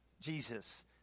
Jesus